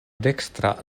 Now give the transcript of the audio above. dekstra